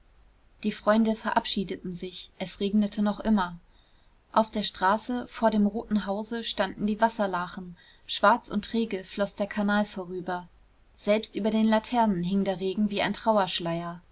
die freunde verabschiedeten sich es regnete noch immer auf der straße vor dem roten hause standen die wasserlachen schwarz und träge floß der kanal vorüber selbst über den laternen hing der regen wie ein